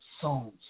songs